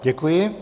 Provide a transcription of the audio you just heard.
Děkuji.